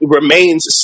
remains